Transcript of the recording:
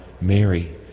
Mary